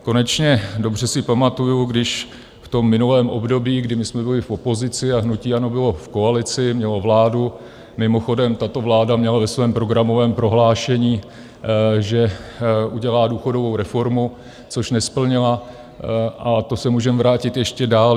Konečně dobře si pamatuji, když v tom minulém období, kdy my jsme byli v opozici a hnutí ANO bylo v koalici, mělo vládu mimochodem tato vláda měla ve svém programovém prohlášení, že udělá důchodovou reformu, což nesplnila, a to se můžeme vrátit ještě dál.